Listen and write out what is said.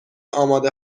آماده